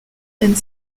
and